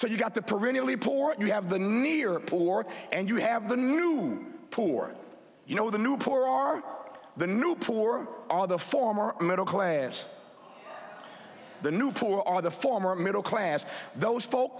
so you've got the perennially poor you have the near poor and you have the new poor you know the new poor are the new poor are the former middle class the new poor are the former middle class those folks